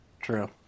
True